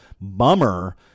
bummer